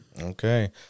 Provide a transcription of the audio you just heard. Okay